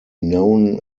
known